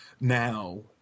Now